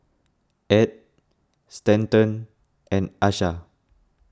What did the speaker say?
Edd Stanton and Asha